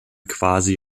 quasi